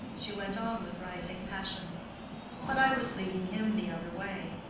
she went on with rising passion but i was leading him the other way.